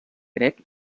grec